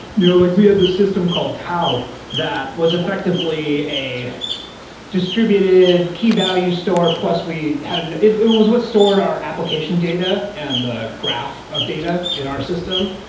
you know like we had this system called tao that was effectively a distributed key-value store, plus we had it it was what stored our application data and the graph of data in our system.